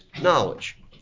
knowledge